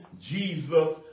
Jesus